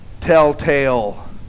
telltale